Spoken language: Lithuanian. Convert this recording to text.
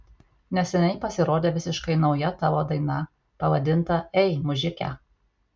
neseniai pasirodė visiškai nauja tavo daina pavadinta ei mužike